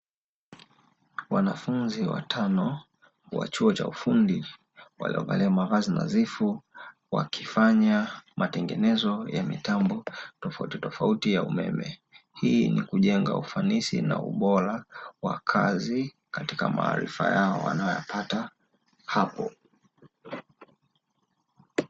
Wanafunzi watano wa chuo cha ufundi waliovalia mavazi nadhifu wakifanya matengenezo ya mitambo tofauti tofauti ya umeme, hii ni kujenga ufanisi na ubora wa kazi katika maarifa yao wanayoyapata hapo.